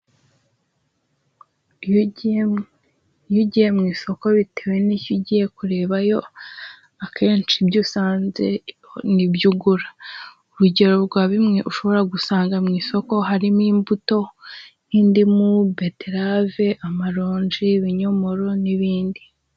Iyo ugiye mu isoko bitewe n'icyo ugiye kurebayo, akenshi ibyo usanze nibyo ugura. Urugero rwa bimwe ushobora gusanga mu isoko harimo: imbuto, nk'indimu, beterave, amaronji, ibinyomoro n'ibindi.